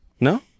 no